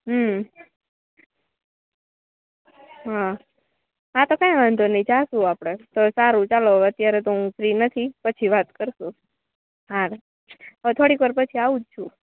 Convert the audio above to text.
હમ હા હાતો કંઈ વાંધો નહીં જઈશું આપણે તો સારું ચાલો હવે અત્યારે તો હું ફ્રી નથી પછી વાત કરીશું સારું હવે થોડીક વાર પછી આવું જ છું